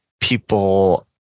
people